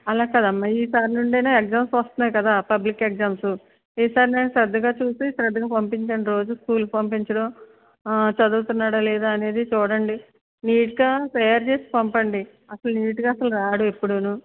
అలా కాదమ్మా ఈసారి నుంచి అయినా ఎగ్జామ్స్ వస్తున్నాయి కదా పబ్లిక్ ఎగ్జామ్స్ ఈసారి అయినా శ్రద్ధగా చూసి శ్రద్ధగా పంపించండి రోజు స్కూల్ పంపించడం చదువుతున్నాడా లేదా అనేది చూడండి నీట్గా తయారుచేసి పంపించండి అసలు నీట్గా అసలు రాడు ఎప్పుడునూ